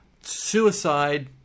suicide